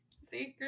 Secret